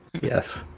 yes